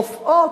רופאות,